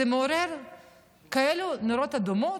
זה מעורר כאלו נורות אדומות,